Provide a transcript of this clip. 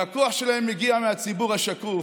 והכוח שלהם מגיע מהציבור השקוף,